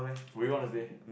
will you want to stay